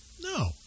No